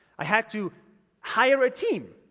i had to hire a team.